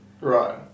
Right